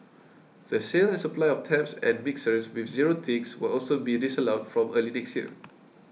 the sale and supply of taps and mixers with zero ticks will also be disallowed from early next year